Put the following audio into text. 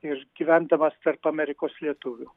ir gyvendamas tarp amerikos lietuvių